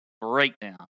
breakdown